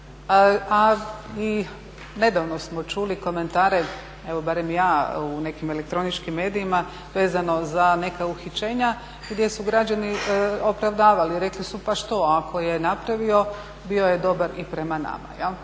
A i nedavno smo čuli komentare, evo barem ja u nekim elektroničkim medijima vezano za neka uhićenja gdje su građani opravdavali, rekli su pa što ako je napravio bio je dobar i prema nama.